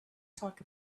talk